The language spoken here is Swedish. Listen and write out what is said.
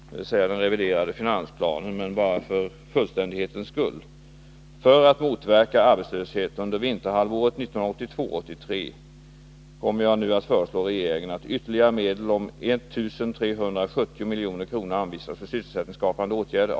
För fullständighetens skull vill jag dock citera följande: ”För att motverka arbetslöshet under vinterhalvåret 1982-83 kommer jag nu att föreslå regeringen att ytterligare medel om 1 370 milj.kr. anvisas för sysselsättningsskapande åtgärder.